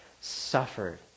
suffered